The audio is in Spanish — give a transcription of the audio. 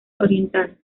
oriental